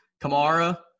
Kamara